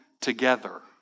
together